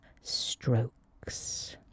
strokes